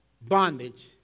bondage